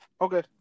Okay